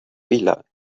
villa